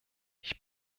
ich